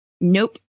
Nope